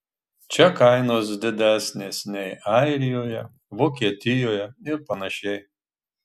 čia kainos didesnės nei airijoje vokietijoje ir panašiai